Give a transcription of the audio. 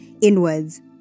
inwards